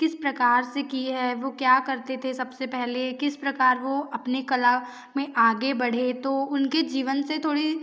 किस प्रकार से की है वो क्या करते थे सब से पेहले किस प्रकार वो अपनी कला में आगे बढ़े तो उनके जीवन से थोड़ी